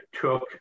took